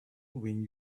when